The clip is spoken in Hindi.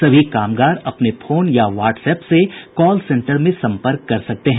सभी कामगार अपने फोन या व्हाट्सएप ेसे कॉलसेंटर में संपर्क कर सकते हैं